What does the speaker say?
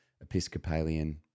Episcopalian